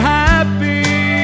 happy